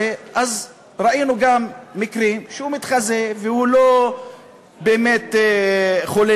ראינו גם מקרים שהוא מתחזה והוא לא באמת חולה